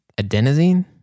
adenosine